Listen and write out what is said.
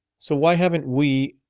so why haven't we?